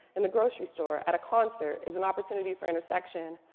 in the grocery store, at a concert, is an opportunity for intersection,